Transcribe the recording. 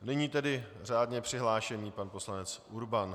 Nyní tedy řádně přihlášený pan poslanec Urban.